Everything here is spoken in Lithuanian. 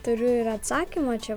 turiu ir atsakymą čia